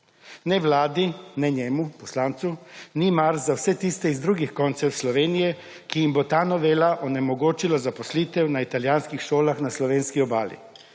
Ne vladi ne njemu poslancu ni mar za vse tiste iz drugih koncev Slovenije, ki jim bo ta novela onemogočila zaposlitev na italijanskih šolah na slovenski Obali,